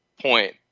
point